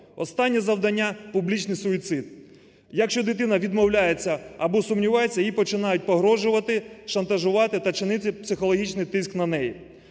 Останнє завдання – публічний суїцид. Якщо дитина відмовляється або сумнівається, їй починають погрожувати, шантажувати та чинити психологічний тиск на неї.